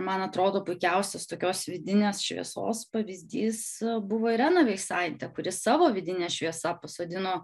man atrodo puikiausias tokios vidinės šviesos pavyzdys buvo irena veisaitė kuri savo vidine šviesa pasodino